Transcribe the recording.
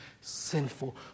sinful